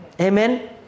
Amen